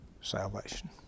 salvation